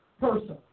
person